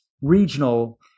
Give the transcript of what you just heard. regional